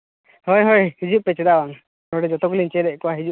ᱦᱳᱭ ᱦᱳᱭ ᱦᱤᱡᱩᱜ ᱯᱮ ᱪᱮᱫᱟᱜ ᱵᱟᱝ ᱱᱚᱸᱰᱮ ᱡᱚᱛᱚ ᱜᱮᱞᱤᱧ ᱪᱮᱫ ᱮᱫ ᱠᱚᱣᱟ ᱦᱤᱡᱩᱜ